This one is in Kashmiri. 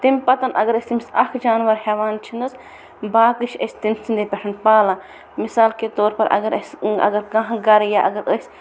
تمہِ پَتہٕ اَگر أسۍ تٔمِس اَکھ جانور ہٮ۪وان چھِ نہ حظ باقٕے چھِ أسۍ تمۍ سٕندے پٮ۪ٹھ پالان مِثال کے طور پَر اگر اسہِ اَگر کانٛہہ گَرٕ یا اگر أسۍ